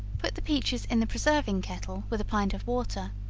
put the peaches in the preserving kettle with a pint of water,